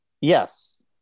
Yes